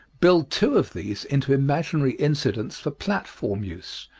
build two of these into imaginary incidents for platform use,